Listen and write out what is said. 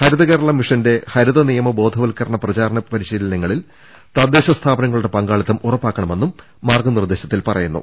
ഹരിത കേരളം മിഷന്റെ ഹരിത നിയമ ബോധവൽക്കരണ പ്രചാരണ പരിശീലനങ്ങളിൽ തദ്ദേശ സ്ഥാപനങ്ങളുടെ പങ്കാളിത്തം ഉറപ്പാക്കണ്മെന്നും വകുപ്പിന്റെ മാർഗ നിർദേശത്തിൽ പറയുന്നു